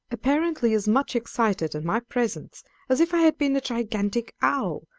apparently as much excited at my presence as if i had been a gigantic owl,